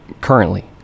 Currently